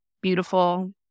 beautiful